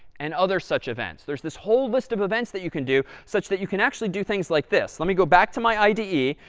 and other such events. there's this whole list of events that you can do such that you can actually do things like this. let me go back to my ide,